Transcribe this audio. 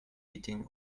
beating